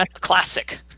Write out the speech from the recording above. classic